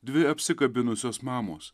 dvi apsikabinusios mamos